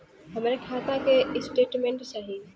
हमरे खाता के स्टेटमेंट चाही?